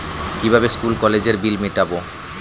কিভাবে স্কুল কলেজের বিল মিটাব?